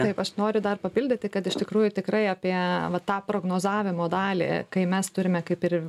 taip aš noriu dar papildyti kad iš tikrųjų tikrai apie va tą prognozavimo dalį kai mes turime kaip ir